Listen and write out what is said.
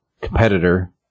competitor